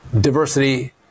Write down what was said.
diversity